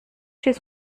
chez